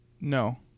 No